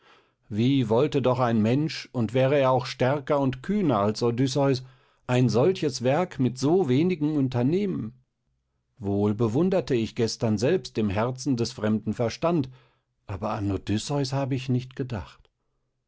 wie wollte doch ein mensch und wäre er auch stärker und kühner als odysseus ein solches werk mit so wenigen unternehmen wohl bewunderte ich gestern selbst im herzen des fremden verstand aber an odysseus habe ich nicht gedacht